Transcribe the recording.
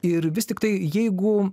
ir vis tiktai jeigu